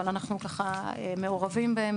אבל אנחנו מעורבים בהם,